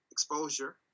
Exposure